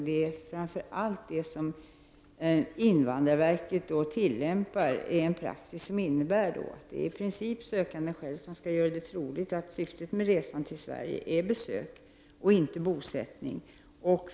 Det är framför allt invandrarverkets tillämpning som utgör praxis och som innebär att det i princip är sökanden själv som skall göra det troligt att syftet med resan till Sverige är besök och inte bosättning.